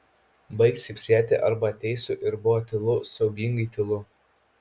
baik cypsėti arba ateisiu ir buvo tylu siaubingai tylu